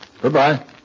Goodbye